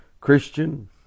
Christian